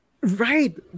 Right